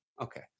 Okay